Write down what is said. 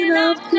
love